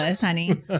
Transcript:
honey